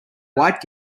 white